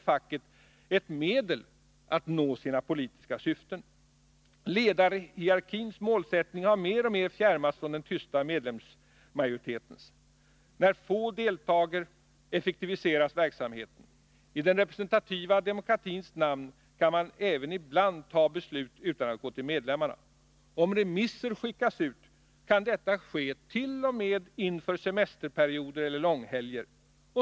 i facket ett medel att nå sina politiska syften. Ledarhierarkins målsättning har mer och mer fjärmats från den tysta medlemsmajoritetens. När få deltar, effektiviseras verksamheten. I den representativa demokratins namn kan man även ibland fatta beslut utan att gå till medlemmarna. Om remisser skickas ut, kan detta ske t.o.m. inför semesterperioder eller långhelger.